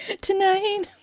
Tonight